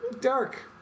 Dark